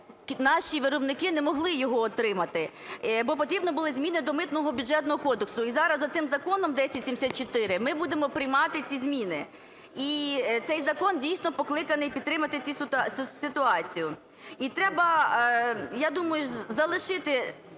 наші виробники не могли його отримати, бо потрібні були зміни до Митного, Бюджетного кодексу. І зараз оцим законом 1074 ми будемо приймати ці зміни. І цей закон дійсно покликаний підтримати цю ситуацію. І треба, я думаю, залишити